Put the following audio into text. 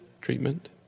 treatment